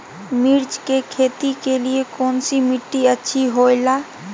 मिर्च की खेती के लिए कौन सी मिट्टी अच्छी होईला?